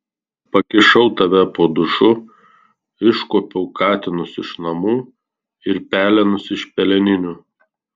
pakišau tave po dušu iškuopiau katinus iš namų ir pelenus iš peleninių